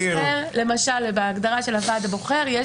למשל בהגדרה של הוועד הבוחר יש